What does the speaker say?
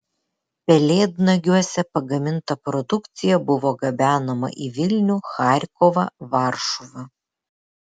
pelėdnagiuose pagaminta produkcija buvo gabenama į vilnių charkovą varšuvą